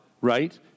right